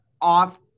off